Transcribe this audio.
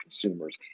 consumers